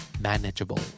Manageable